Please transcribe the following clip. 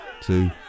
two